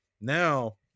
now